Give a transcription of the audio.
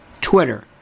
Twitter